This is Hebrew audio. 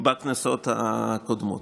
בכנסות הקודמות.